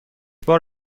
بار